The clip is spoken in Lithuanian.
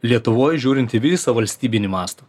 lietuvoj žiūrint į visą valstybinį mastą